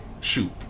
Shoot